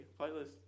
playlist